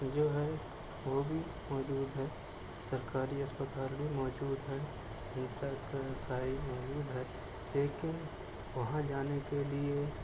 جو ہے وہ بھی موجود ہے سرکاری اسپتال بھی موجود ہیں ان کا ایک موجود ہے لیکن وہاں جانے کے لیے